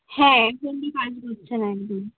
হ্যাঁ ফোন দিয়ে কাজ হচ্ছে না একদম